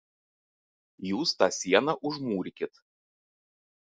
jūs tą sieną užmūrykit